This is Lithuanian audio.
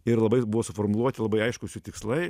ir labai buvo suformuluoti labai aiškūs jų tikslai